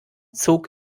zog